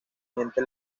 gente